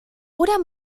oder